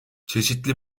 çeşitli